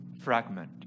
Fragment